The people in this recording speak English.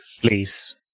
Please